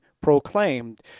proclaimed